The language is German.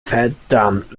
verdammt